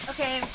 Okay